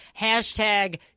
hashtag